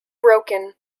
broken